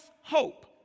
hope